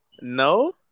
No